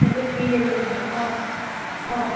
সেইটো free delivery অঁ অঁ